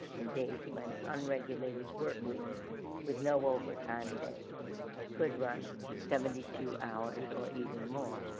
in days when unregulated work weeks with no overtime pay could run seventy two hours or even more.